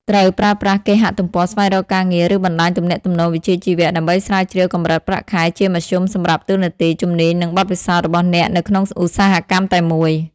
ត្រូវ ប្រើប្រាស់គេហទំព័រស្វែងរកការងារ ឬបណ្ដាញទំនាក់ទំនងវិជ្ជាជីវៈ ដើម្បីស្រាវជ្រាវកម្រិតប្រាក់ខែជាមធ្យមសម្រាប់ តួនាទី ជំនាញ និងបទពិសោធន៍ របស់អ្នកនៅក្នុងឧស្សាហកម្មតែមួយ។